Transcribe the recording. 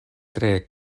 tre